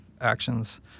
actions